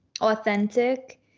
authentic